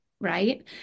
right